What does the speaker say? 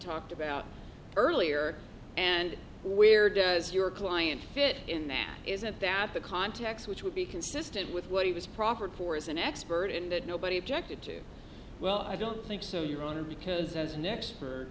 talked about earlier and where does your client fit in that isn't that the context which would be consistent with what he was proffered for as an expert in that nobody objected to well i don't think so your honor because as nex